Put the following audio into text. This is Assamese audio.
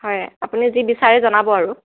হয় আপুনি যি বিচাৰে জনাব আৰু